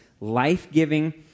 life-giving